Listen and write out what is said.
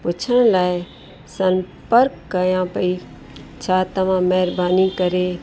पुछण लाइ संपर्क कयां पई छा तव्हां महिरबानी करे